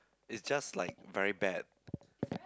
is just like very bad